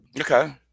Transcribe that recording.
Okay